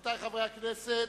רבותי חברי הכנסת,